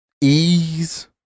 ease